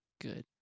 Good